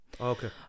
Okay